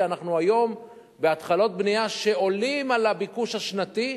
היום אנחנו בהתחלות בנייה שעולות על הביקוש השנתי,